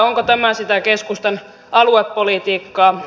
onko tämä sitä keskustan aluepolitiikkaa